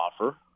offer